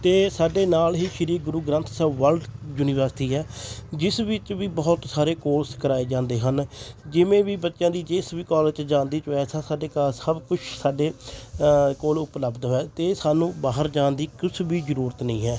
ਅਤੇ ਸਾਡੇ ਨਾਲ ਹੀ ਸ਼੍ਰੀ ਗੁਰੂ ਗ੍ਰੰਥ ਸਾਹਿਬ ਵਰਲਡ ਯੂਨੀਵਰਸਿਟੀ ਹੈ ਜਿਸ ਵਿੱਚ ਵੀ ਬਹੁਤ ਸਾਰੇ ਕੋਰਸ ਕਰਾਏ ਜਾਂਦੇ ਹਨ ਜਿਵੇਂ ਵੀ ਬੱਚਿਆਂ ਦੀ ਜਿਸ ਵੀ ਕੋਲਜ 'ਚ ਜਾਣ ਦੀ ਚੋਆਇਸ ਆ ਸਾਡੇ ਖਾਸ ਸਭ ਕੁਛ ਸਾਡੇ ਕੋਲ ਉਪਲਬਧ ਹੈ ਅਤੇ ਸਾਨੂੰ ਬਾਹਰ ਜਾਣ ਦੀ ਕੁਛ ਵੀ ਜ਼ਰੂਰਤ ਨਹੀਂ ਹੈ